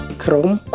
Chrome